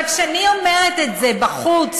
אבל כשאני אומרת את זה בחוץ,